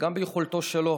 וגם ביכולתו שלו